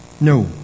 No